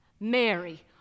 Mary